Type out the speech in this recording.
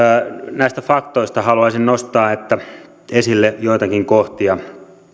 näistä faktoista haluaisin nostaa esille joitakin kohtia